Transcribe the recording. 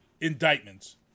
indictments